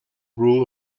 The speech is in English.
rule